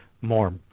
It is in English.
more